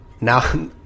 Now